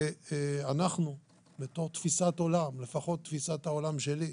לפי תפיסת העולם שלי,